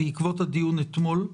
בעקבות הדיון אתמול,